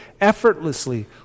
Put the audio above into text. effortlessly